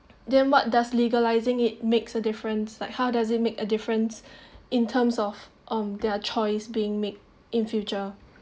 then what does legalising it makes a difference like how does it make a difference in terms of um their choice being made in future